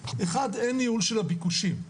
המחסור הזה הוא מחסור ארוך שנים,